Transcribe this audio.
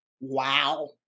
Wow